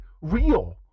real